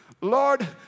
lord